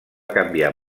canviar